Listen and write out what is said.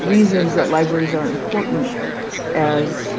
reasons that libraries are important as